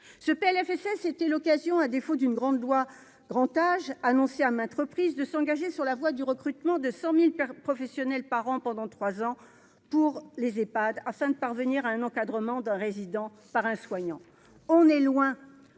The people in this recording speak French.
ce PLFSS c'était l'occasion, à défaut d'une grande loi grand âge annoncé à maintes reprises de s'engager sur la voie du recrutement de 100000 paires professionnels par an pendant 3 ans pour les Epad afin de parvenir à un encadrement d'un résident par un soignant, on est loin